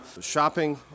Shopping